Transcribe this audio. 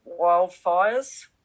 wildfires